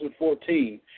2014